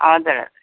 हजुर हजुर